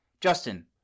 Justin